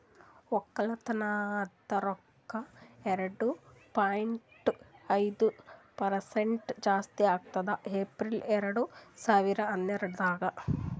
ಒಕ್ಕಲತನದ್ ರೊಕ್ಕ ಎರಡು ಪಾಯಿಂಟ್ ಐದು ಪರಸೆಂಟ್ ಜಾಸ್ತಿ ಆಗ್ಯದ್ ಏಪ್ರಿಲ್ ಎರಡು ಸಾವಿರ ಹನ್ನೆರಡರಾಗ್